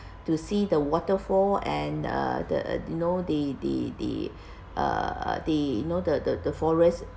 to see the waterfall and uh the you know the the the uh the you know the forest